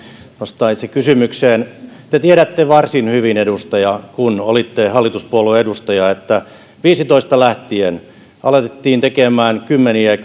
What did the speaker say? itse kysymykseen te tiedätte varsin hyvin edustaja kun olitte hallituspuolueen edustaja että vuodesta viisitoista lähtien alettiin tehdä kymmeniä ja